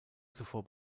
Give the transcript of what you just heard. zuvor